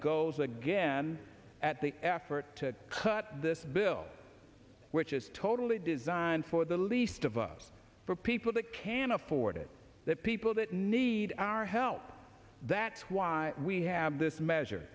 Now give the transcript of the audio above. goes again at the effort to cut this bill which is totally designed for the least of us for people that can afford it that people that need our help that's why we have this measure